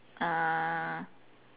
uh